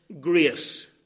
grace